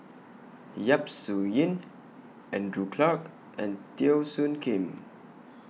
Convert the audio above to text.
Yap Su Yin Andrew Clarke and Teo Soon Kim